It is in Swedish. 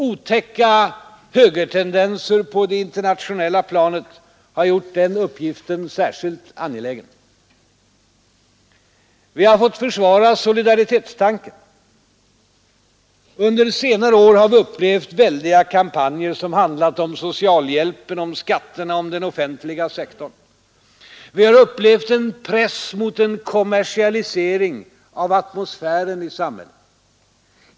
Otäcka högertendenser på det internationella planet har gjort den uppgiften särskilt angelägen. Vi har också fått försvara solidaritetstanken. Under senare år har vi upplevt väldiga kampanjer som handlat om socialhjälpen, om skatterna, om den offentliga sektorn. Vi har upplevt en press mot en kommersialisering av atmosfären i samhället.